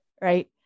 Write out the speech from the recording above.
right